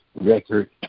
record